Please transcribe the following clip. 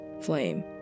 flame